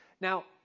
Now